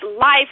life